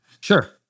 Sure